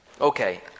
Okay